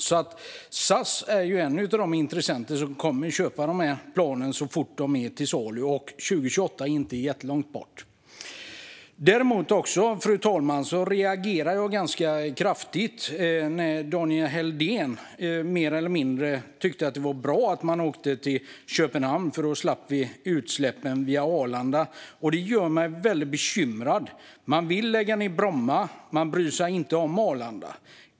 SAS är en av de intressenter som kommer att köpa planen så fort de är till salu, och 2028 är inte jättelångt bort. Fru talman! Jag reagerade ganska kraftigt när Daniel Helldén mer eller mindre tyckte att det var bra att man åker till Köpenhamn, för då slipper man utsläppen via Arlanda. Det gör mig väldigt bekymrad. Man vill lägga ned Bromma, och man bryr sig inte om Arlanda.